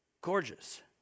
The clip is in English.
gorgeous